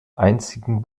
einzigen